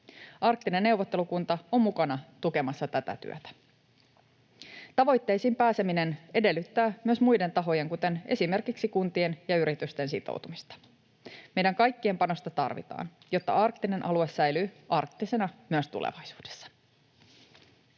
Arktinen neuvottelukunta on mukana tukemassa tätä työtä. Tavoitteisiin pääseminen edellyttää myös muiden tahojen, esimerkiksi kuntien ja yritysten, sitoutumista. Meidän kaikkien panosta tarvitaan, jotta arktinen alue säilyy arktisena myös tulevaisuudessa.